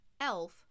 ELF